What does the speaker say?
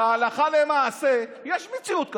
שהלכה למעשה יש מציאות כזאת.